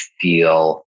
feel